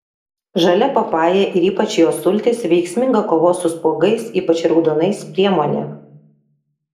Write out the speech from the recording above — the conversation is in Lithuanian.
žalia papaja ir ypač jos sultys veiksminga kovos su spuogais ypač raudonais priemonė